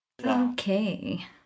okay